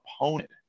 opponent